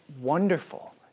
wonderful